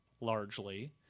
largely